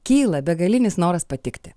kyla begalinis noras patikti